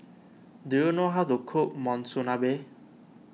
do you know how to cook Monsunabe